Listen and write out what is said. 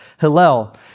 hillel